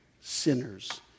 sinners